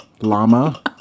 llama